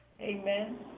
Amen